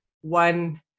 one